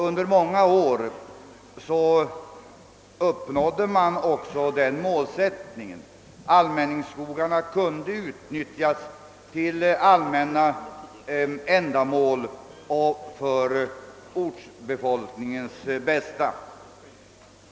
Under många år uppnådde man också det målet: allmänningsskogarna kunde utnyttjas för allmänna ändamål och till ortsbefolkningens bästa.